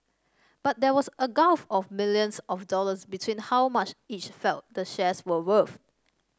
but there was a gulf of millions of dollars between how much each felt the shares were worth